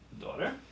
daughter